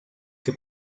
que